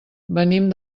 venim